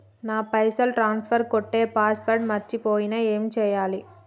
నా పైసల్ ట్రాన్స్ఫర్ కొట్టే పాస్వర్డ్ మర్చిపోయిన ఏం చేయాలి?